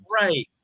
Right